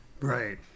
Right